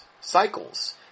cycles